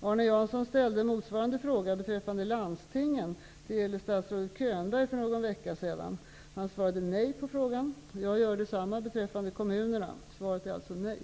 Arne Jansson ställde motsvarande fråga beträffande landstingen till statsrådet Könberg för någon vecka sedan. Han svarade nej på frågan. Jag gör detsamma beträffande kommunerna. Svaret är alltså nej.